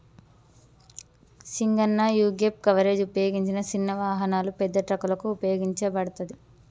సింగన్న యీగేప్ కవరేజ్ ఉపయోగించిన సిన్న వాహనాలు, పెద్ద ట్రక్కులకు ఉపయోగించబడతది